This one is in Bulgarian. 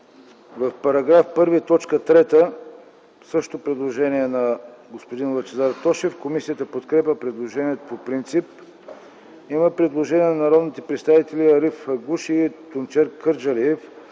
§ 1, т. 3 – също предложение на господин Лъчезар Тошев. Комисията подкрепя предложението по принцип. Има предложение от народните представители Ариф Агуш и Тунчер Кърджалиев: